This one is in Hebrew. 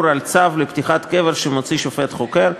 על צו לפתיחת קבר שמוציא שופט חוקר.